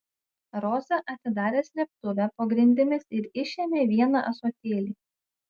roza atidarė slėptuvę po grindimis ir išėmė vieną ąsotėlį